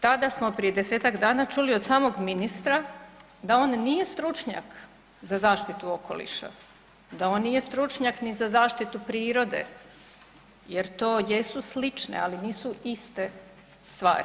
Tada smo prije 10-tak dana čuli od samog ministra da on nije stručnjak za zaštitu okoliša, da on nije stručnjak ni za zaštitu prirode jer to jesu slične, ali nisu iste stvari.